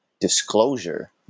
Disclosure